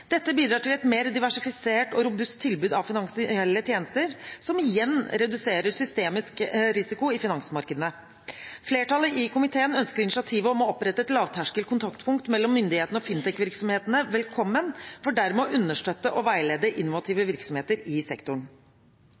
Dette bidrar til et mer diversifisert og robust tilbud av finansielle tjenester, som igjen reduserer systemisk risiko i finansmarkedene. Flertallet i komiteen ønsker initiativet om å opprette et lavterskel kontaktpunkt mellom myndighetene og fintech-virksomhetene velkommen, for dermed å understøtte og veilede innovative virksomheter i sektoren.